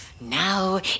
Now